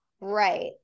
Right